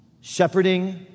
Shepherding